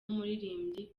umuririmbyi